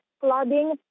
flooding